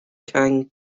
king